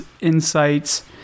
insights